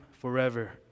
forever